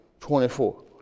24